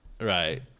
right